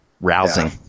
rousing